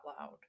loud